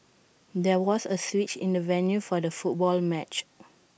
there was A switch in the venue for the football match